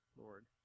Lord